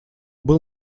был